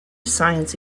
science